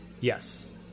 Yes